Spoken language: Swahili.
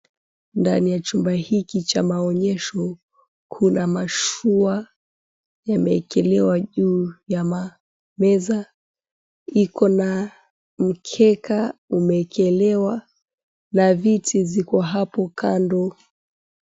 Ndani ya chumba hiki cha maonyesho kuna mashua yameekelewa juu ya mameza iko na mkeka umeekelewa na viti ziko hapo kando.